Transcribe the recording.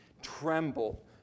tremble